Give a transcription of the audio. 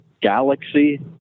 Galaxy